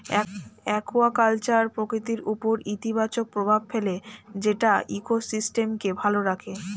aquaculture প্রকৃতির উপর ইতিবাচক প্রভাব ফেলে যেটা ইকোসিস্টেমকে ভালো রাখে